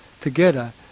together